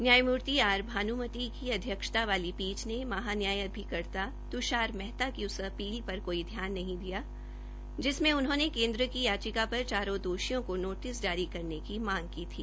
न्यायमूर्ति आर भान्मथी की अध्यक्षता वाली पीठ ने महान्याय अधिवक्ता त्षार महेता की उस अपील पर कोई ध्यान नहीं दिया जिनमे केन्द्र की याचिका पर उन्होंने केन्द्र की याचिका पर चारो दोषियों को नोटिस जारी करने की मांग की थी